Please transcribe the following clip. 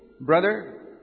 brother